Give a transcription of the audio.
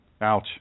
Ouch